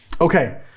Okay